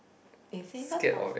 you say first ah